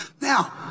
Now